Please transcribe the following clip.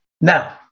Now